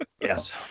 Yes